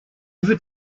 ever